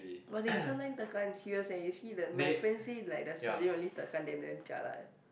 but they sometime tekan serious eh you see the my friend say like the sergeant really tekan them damn jialat eh